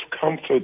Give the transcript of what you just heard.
comfort